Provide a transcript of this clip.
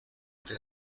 que